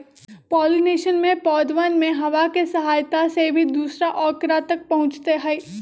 pollination में पौधवन में हवा के सहायता से भी दूसरा औकरा तक पहुंचते हई